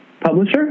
Publisher